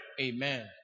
Amen